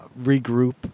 regroup